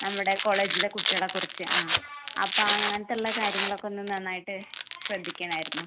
നമ്മുടെ കോളേജിലെ കുട്ടികളെ കുറിച്ച് ആ അപ്പോൾ അങ്ങനത്തെ ഉള്ള കാര്യങ്ങൾ ഒക്കെ ഒന്ന് നന്നായിട്ട് ശ്രദ്ധിക്കണമായിരുന്നു